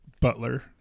butler